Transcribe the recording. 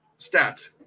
stats